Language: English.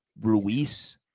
Ruiz